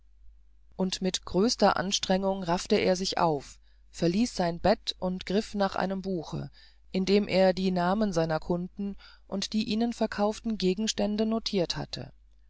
und mit größter anstrengung raffte er sich auf verließ sein bett und griff nach einem buche in dem er die namen seiner kunden und die ihnen verkauften gegenstände notirt hatte